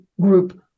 group